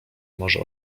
może